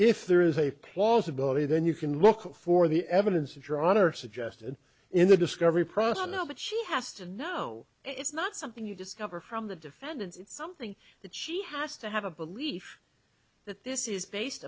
if there is a plausibility then you can look for the evidence to draw on or suggested in the discovery process no but she has to know it's not something you discover from the defendant it's something that she has to have a belief that this is based